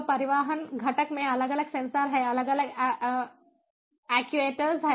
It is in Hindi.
तो परिवहन घटक में अलग अलग सेंसर हैं अलग अलग एक्ट्यूएटर हैं